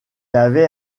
avait